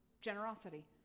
generosity